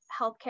healthcare